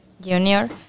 junior